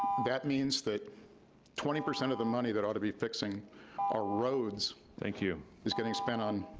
that means that twenty percent of the money that ought to be fixing our roads thank you. is getting spent on,